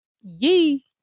yee